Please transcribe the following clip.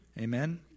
Amen